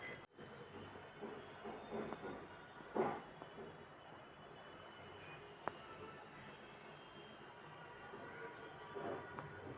हम बैंक में अपन डेबिट कार्ड ब्लॉक करवावे ला आवेदन कर देली है